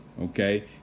okay